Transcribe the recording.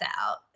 out